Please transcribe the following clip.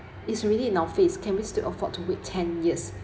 it's really in our face can we still afford to wait ten years